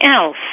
else